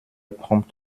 prompt